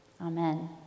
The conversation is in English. Amen